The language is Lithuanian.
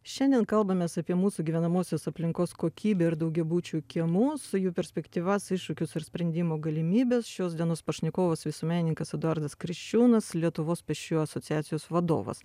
šiandien kalbamės apie mūsų gyvenamosios aplinkos kokybę ir daugiabučių kiemų su jų perspektyvas iššūkius ir sprendimo galimybes šios dienos pašnekovas visuomenininkas eduardas kriščiūnas lietuvos pėsčiųjų asociacijos vadovas